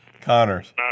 Connors